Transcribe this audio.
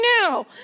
now